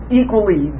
equally